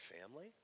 family